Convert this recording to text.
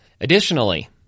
Additionally